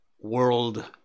World